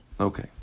okay